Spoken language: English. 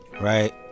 right